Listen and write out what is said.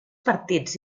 partits